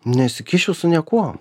nesikeisčiau su niekuo